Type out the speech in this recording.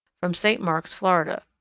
from st. marks, florida.